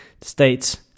states